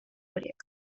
horiek